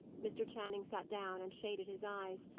mr. channing sat down and shaded his eyes.